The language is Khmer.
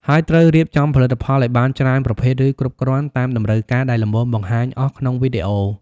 ហើយត្រូវរៀបចំផលិតផលឲ្យបានច្រើនប្រភេទ ឬគ្រប់គ្រាន់តាមតម្រូវការដែលល្មមបង្ហាញអស់ក្នុងវីឌីអូ។